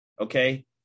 okay